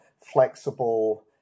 flexible